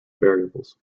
variables